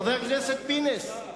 חבר הכנסת פינס,